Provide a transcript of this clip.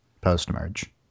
post-merge